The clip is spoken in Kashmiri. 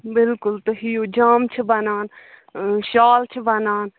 بلکُل تُہۍ یِیِو جامہ چھِ ونان شال چھِ وَنان